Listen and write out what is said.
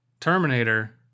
Terminator